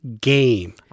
game